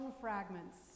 fragments